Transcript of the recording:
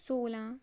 ਸੌਲ੍ਹਾਂ